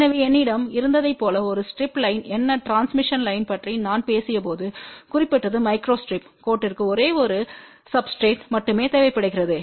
எனவே என்னிடம் இருந்ததைப் போல ஒரு ஸ்டிரிப் லைன் என்ன டிரான்ஸ்மிஷன் லைன் பற்றி நான் பேசியபோது குறிப்பிட்டது மைக்ரோஸ்ட்ரிப் கோட்டிற்கு ஒரே ஒரு சப்ஸ்டிரேட்று மட்டுமே தேவைப்படுகிறது